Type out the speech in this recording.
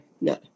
no